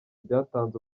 byatanze